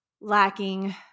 lacking